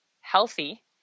healthy